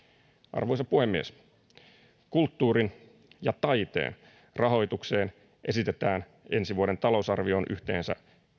arvoisa puhemies kulttuurin ja taiteen rahoitukseen esitetään ensi vuoden talousarvioon yhteensä